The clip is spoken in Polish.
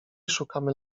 szukamy